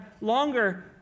longer